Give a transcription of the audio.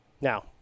now